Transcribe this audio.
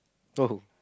no who